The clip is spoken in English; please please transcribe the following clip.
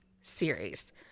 series